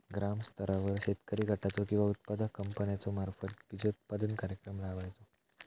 ग्रामस्तरावर शेतकरी गटाचो किंवा उत्पादक कंपन्याचो मार्फत बिजोत्पादन कार्यक्रम राबायचो?